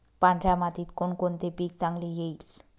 पांढऱ्या मातीत कोणकोणते पीक चांगले येईल?